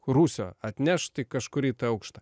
rūsio atnešt į kažkurį tai aukštą